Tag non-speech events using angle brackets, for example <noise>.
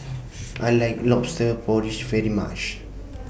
<noise> I like Lobster Porridge very much